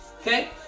Okay